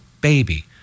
BABY